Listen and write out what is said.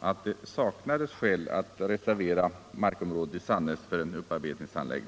att det saknades skäl att reservera markområdet i Sannäs för en upparbetningsanläggning.